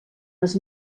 les